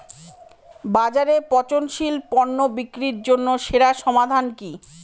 বাজারে পচনশীল পণ্য বিক্রির জন্য সেরা সমাধান কি?